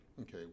okay